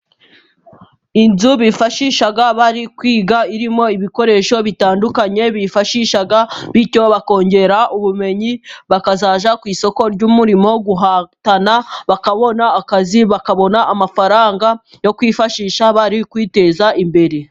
Inzu bifashisha bari kwiga. Irimo ibikoresho bitandukanye bifashisha bityo bakongera ubumenyi. Bakazajya ku isoko ry'umurimo guhatana ,bakabona akazi bakabona amafaranga yo kwifashisha bari kwiteza imbere.